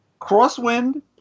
Crosswind